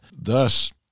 Thus